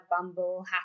Bumble